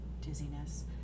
dizziness